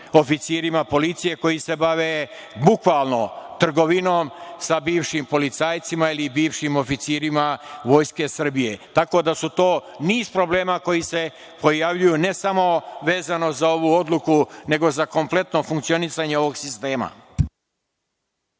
oficirima policije koji se bave, bukvalno, trgovinom sa bivšim policajcima ili bivšim oficirima Vojske Srbije. Tako da, to je niz problema koji se pojavljuju, ne samo vezano za ovu odluku, nego za kompletno funkcionisanje ovog sistema.